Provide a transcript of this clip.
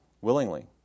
willingly